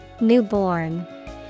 Newborn